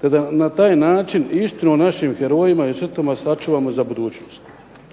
te da na taj način istinu o našim herojima sačuvamo za budućnost.